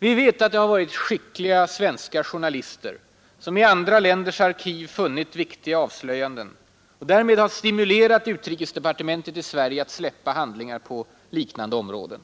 Vi vet att det har varit skickliga sven: journal änders arkiv funnit viktiga avslöjanden och därmed har stimulerat utrikesdepartemen tet i Sverige att släppa handlingar på liknande områden.